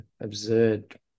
absurd